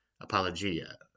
apologia